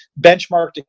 benchmarked